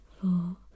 four